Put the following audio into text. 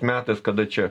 metais kada čia